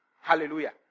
Hallelujah